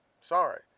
sorry